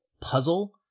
puzzle